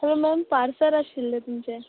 आ ma'am parcel आशिल्लें तुमचें